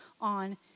on